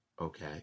Okay